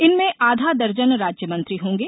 इनमें आधा दर्जन राज्यमंत्री होंगे